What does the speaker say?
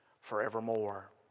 forevermore